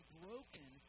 broken